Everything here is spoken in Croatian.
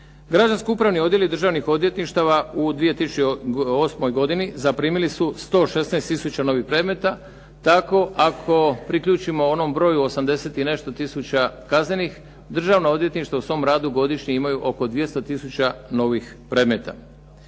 Građansko-upravni odjeli Državnih odvjetništava u 2008. godini zaprimili su 116 tisuća novih predmeta tako ako priključimo onom broju 80 i nešto tisuća kaznenih državna odvjetništva u svom radu godišnje imaju oko 200 novih radnih predmeta.